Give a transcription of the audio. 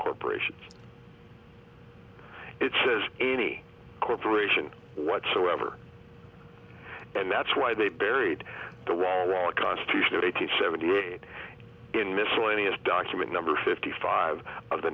corporations it says any corporation whatsoever and that's why they buried the wrong constitutional eight hundred seventy eight in miscellaneous document number fifty five of the